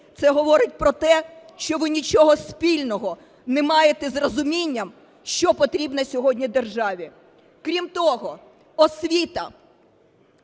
це говорить про те, що ви нічого спільного не маєте з розумінням, що потрібно сьогодні державі. Крім того, освіта,